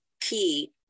key